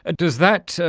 ah does that,